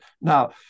Now